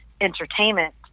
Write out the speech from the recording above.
entertainment